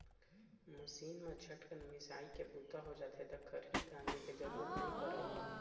machine म झटकन मिंसाइ के बूता हो जाथे त खरही गांजे के जरूरते नइ परय